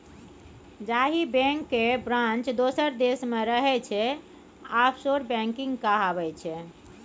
जाहि बैंक केर ब्रांच दोसर देश मे रहय छै आफसोर बैंकिंग कहाइ छै